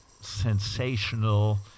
sensational